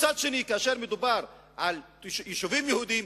כאשר מדובר ביישובים יהודיים,